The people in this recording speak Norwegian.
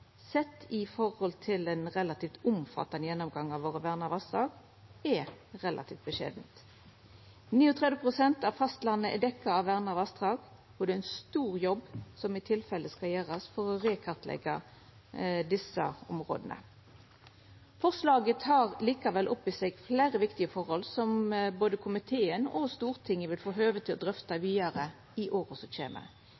sett i forhold til ein relativt omfattande gjennomgang av våre verna vassdag, er relativt beskjedent. 39 pst. av fastlandet er dekka av verna vassdrag, og det er ein stor jobb som i tilfelle skal gjerast med å rekartleggja desse områda. Forslaget tek likevel opp i seg fleire viktige forhold som både komiteen og Stortinget vil få høve til å drøfta